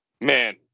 Man